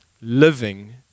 living